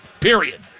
period